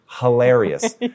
hilarious